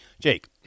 Jake